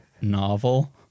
novel